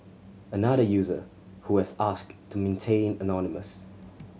another user who has asked to maintain anonymous